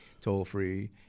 Toll-free